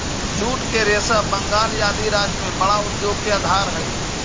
jute के रेशा बंगाल आदि राज्य में बड़ा उद्योग के आधार हई